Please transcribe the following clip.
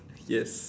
yes